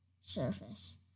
surface